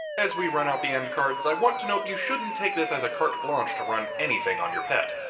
as we run out the end cards i want to note you shouldn't take this as a carte blanche to run anything on your pet.